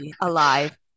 alive